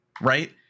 right